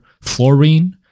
fluorine